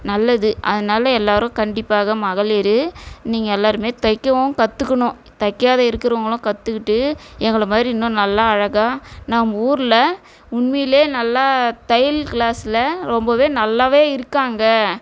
நல்லது அதனால எல்லாரும் கண்டிப்பாக மகளிரு நீங்கள் எல்லாருமே தைக்கவும் கற்றுக்கணும் தைக்காத இருக்கிறவங்களும் கற்றுக்கிட்டு எங்களை மாதிரி இன்னும் நல்லா அழகாக நம்ம ஊரில் உண்மையில நல்லா தையல் க்ளாஸில் ரொம்பவே நல்லாவே இருக்காங்க